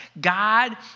God